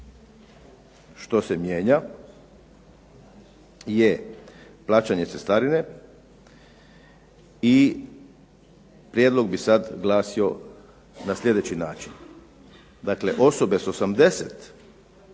što se mijenja, je plaćanje cestarine, i prijedlog bi sada glasio na sljedeći način.